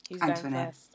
Antoinette